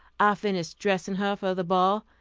i finished dressing her for the ball,